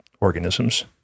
organisms